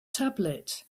tablet